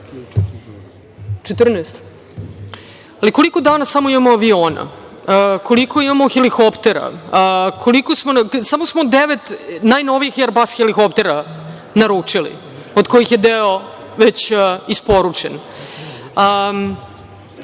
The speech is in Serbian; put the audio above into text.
14, koliko danas imamo aviona, koliko imamo helikoptera. Samo smo devet najnovijih „Er-bas“ helikoptera naručili, od kojih je deo već isporučen.